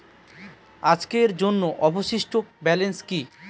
আজকের জন্য অবশিষ্ট ব্যালেন্স কি?